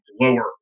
lower